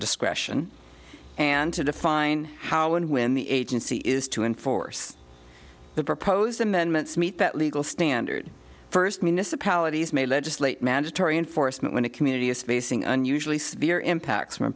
discretion and to define how and when the agency is to enforce the proposed amendments meet that legal standard first municipalities may legislate mandatory enforcement when a community is facing unusually severe impacts from a